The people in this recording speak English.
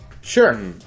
sure